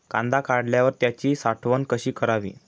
कांदा काढल्यावर त्याची साठवण कशी करावी?